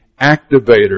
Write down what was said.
activator